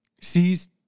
sees